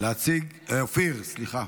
להציג --- קריאה: --- אופיר, סליחה.